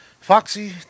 Foxy